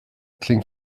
klingt